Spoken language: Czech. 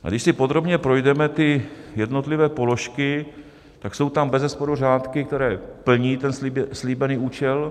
A když si podrobně projdeme ty jednotlivé položky, tak jsou tam bezesporu řádky, které plní ten slíbený účel.